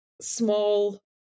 Small